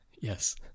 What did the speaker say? yes